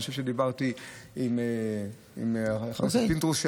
אני חושב שדיברתי עם הרב פינדרוס,